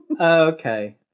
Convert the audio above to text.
Okay